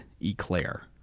eclair